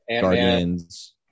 Guardians